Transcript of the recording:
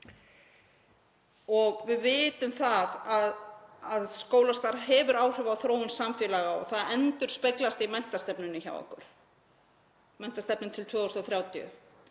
Við vitum að skólastarf hefur áhrif á þróun samfélaga og það endurspeglast í menntastefnunni okkar, menntastefnu til 2030.